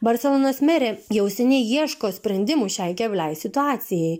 barselonos merė jau seniai ieško sprendimų šiai kebliai situacijai